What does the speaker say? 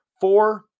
Four